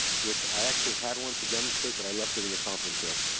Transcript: which i actually had one to demonstrate, but i left it in the conference room.